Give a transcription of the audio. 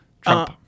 Trump